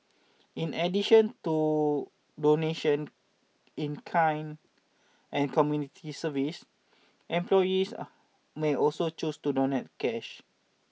in addition to donation in kind and community service employees may also choose to donate cash